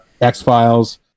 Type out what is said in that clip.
x-files